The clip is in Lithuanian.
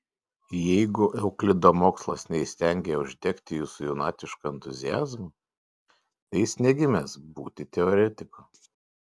jeigu euklido mokslas neįstengė uždegti jūsų jaunatviško entuziazmo tai jis negimęs būti teoretiku